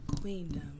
Queendom